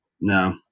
No